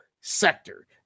sector